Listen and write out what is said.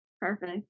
Perfect